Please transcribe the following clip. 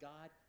God